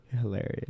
Hilarious